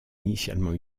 initialement